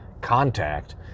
contact